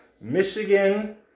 Michigan